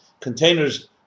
Containers